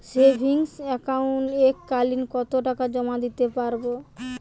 Savings একাউন্টে এক কালিন কতটাকা জমা দিতে পারব?